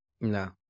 No